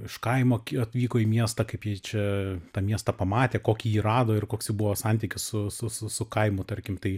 iš kaimo atvyko į miestą kaip jie čia tą miestą pamatė kokį jį rado ir koks jų buvo santykis su su su su kaimu tarkim tai